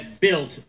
built